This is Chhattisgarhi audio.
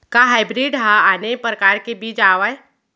का हाइब्रिड हा आने परकार के बीज आवय?